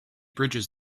bridges